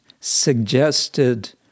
suggested